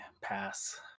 pass